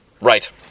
Right